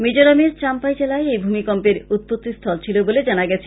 মিজোরামের চামপাই জেলায় এই ভূমিকম্পের উৎপত্তি স্থল ছিল বলে জানা গেছে